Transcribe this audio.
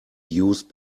used